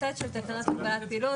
זה נמצא בסט של תקנות הגבלת פעילות.